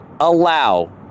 allow